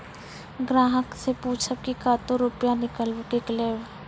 ग्राहक से पूछब की कतो रुपिया किकलेब?